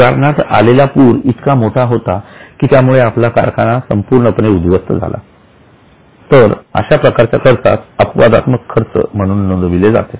उदाहरणार्थ आलेला पूर इतका मोठा होता की त्यामुळे आपला कारखाना पूर्णपणे उध्वस्त झाला तर अशा प्रकारच्या खर्चास अपवादात्मक खर्च म्हणून नोंदविले जाते